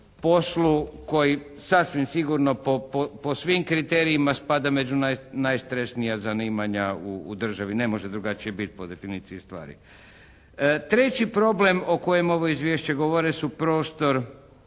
Poslu koji sasvim sigurno po svim kriterijima spada među najstresnija zanimanja u državi. Ne može drugačije biti po definiciji stvari. Treći problem o kojem ova izvješća govore su prostor